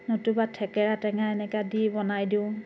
নতুবা থেকেৰা টেঙা এনেকৈ দি বনাই দিওঁ